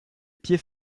pieds